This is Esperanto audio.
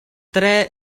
tre